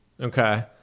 okay